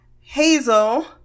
Hazel